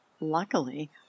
Luckily